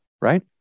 right